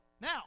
Now